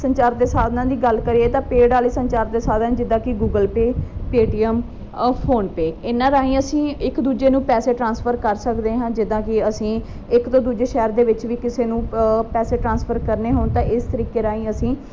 ਸੰਚਾਰ ਦੇ ਸਾਧਨਾਂ ਦੀ ਗੱਲ ਕਰੀਏ ਤਾਂ ਪੇਡ ਵਾਲੇ ਸੰਚਾਰ ਦੇ ਸਾਧਨ ਜਿੱਦਾਂ ਕਿ ਗੂਗਲ ਪੇ ਪੇਟੀਐਮ ਫੋਨਪੇ ਇਹਨਾਂ ਰਾਹੀਂ ਅਸੀਂ ਇੱਕ ਦੂਜੇ ਨੂੰ ਪੈਸੇ ਟ੍ਰਾਂਸਫਰ ਕਰ ਸਕਦੇ ਹਾਂ ਜਿੱਦਾਂ ਕਿ ਅਸੀਂ ਇੱਕ ਤੋਂ ਦੂਜੇ ਸ਼ਹਿਰ ਦੇ ਵਿੱਚ ਵੀ ਕਿਸੇ ਨੂੰ ਪ ਪੈਸੇ ਟ੍ਰਾਂਸਫਰ ਕਰਨੇ ਹੋਣ ਤਾਂ ਇਸ ਤਰੀਕੇ ਰਾਹੀਂ ਅਸੀਂ